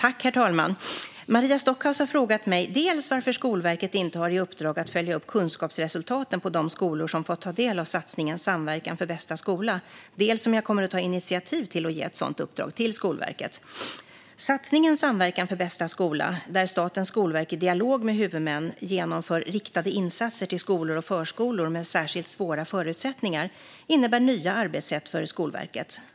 Herr talman! Maria Stockhaus har frågat mig dels varför Skolverket inte har i uppdrag att följa upp kunskapsresultaten på de skolor som fått ta del av satsningen Samverkan för bästa skola, dels om jag kommer att ta initiativ till att ge ett sådant uppdrag till Skolverket. Satsningen Samverkan för bästa skola, där Statens skolverk i dialog med huvudmän genomför riktade insatser till skolor och förskolor med särskilt svåra förutsättningar, innebär nya arbetssätt för Skolverket.